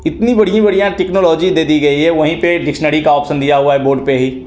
इतनी बढ़िया बढ़िया टेक्नोलॉजी दे दी गई है वही पर डिक्शनड़ी का ऑप्शन दिया हुआ है बोर्ड पर ही